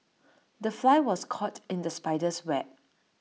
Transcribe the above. the fly was caught in the spider's web